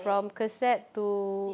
from cassette to